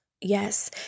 Yes